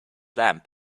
lamp